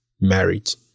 marriage